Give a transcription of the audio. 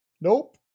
Nope